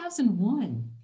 2001